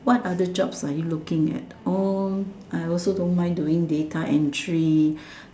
what other jobs are you looking at um I also don't mind doing data entry